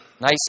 Nice